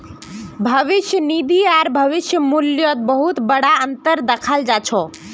भविष्य निधि आर भविष्य मूल्यत बहुत बडा अनतर दखाल जा छ